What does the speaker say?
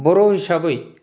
बर' हिसाबै